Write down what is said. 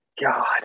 god